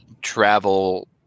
travel